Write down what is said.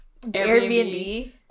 Airbnb